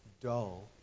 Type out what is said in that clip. dull